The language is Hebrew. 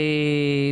דרעי,